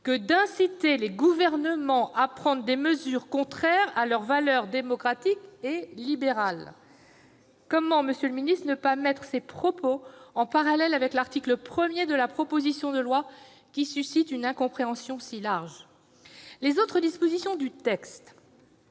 que d'inciter les gouvernements à prendre des mesures contraires à leurs valeurs démocratiques et libérales ». Monsieur le ministre, comment ne pas mettre en parallèle ces propos et l'article 1 de la proposition de loi, qui suscite une incompréhension si large ? Les autres dispositions du texte,